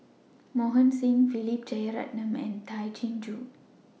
Mohan Singh Philip Jeyaretnam and Tay Chin Joo